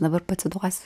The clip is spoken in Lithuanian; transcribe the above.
dabar pacituosiu